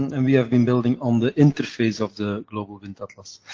and we have been building on the interface of the global wind atlas.